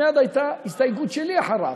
מייד הייתה הסתייגות שלי אחריו.